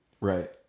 Right